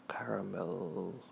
caramel